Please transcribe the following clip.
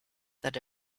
that